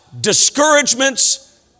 discouragements